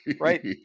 Right